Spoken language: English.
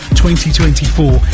2024